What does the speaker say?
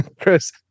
Chris